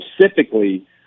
specifically